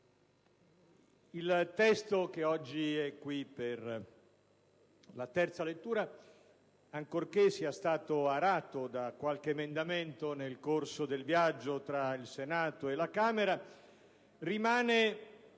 il testo che oggi è qui per la terza lettura, ancorché sia stato arato da qualche emendamento nel corso del viaggio tra il Senato e la Camera, rimane